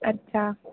अच्छा